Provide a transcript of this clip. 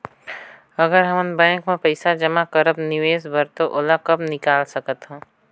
अगर हमन बैंक म पइसा जमा करब निवेश बर तो ओला कब निकाल सकत हो?